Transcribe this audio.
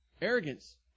Arrogance